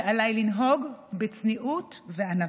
שעליי לנהוג בצניעות וענווה.